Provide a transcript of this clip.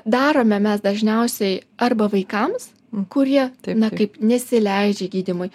darome mes dažniausiai arba vaikams kurie na kaip nesileidžia gydymui